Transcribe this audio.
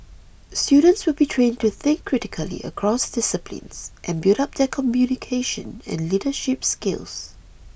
students will be trained to think critically across disciplines and build up their communication and leadership skills